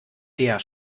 der